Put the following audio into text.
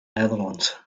netherlands